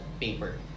paper